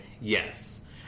Yes